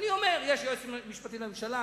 אני אומר: יש יועץ משפטי לממשלה,